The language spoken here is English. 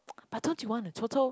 But don't you want a toto